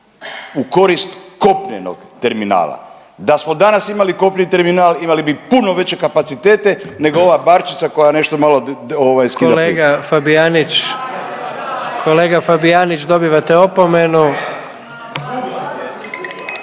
u korist kopnenog terminala. Da smo danas imali kopneni terminal imali bi puno veće kapacitete nego ova barčica koja nešto malo skida … **Jandroković, Gordan